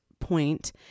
point